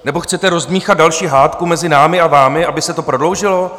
Nebo chcete rozdmýchat další hádku mezi námi a vámi, aby se to prodloužilo?